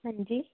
हाँ जी